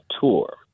tour